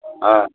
हँ